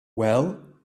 well